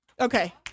Okay